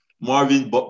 Marvin